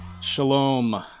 Shalom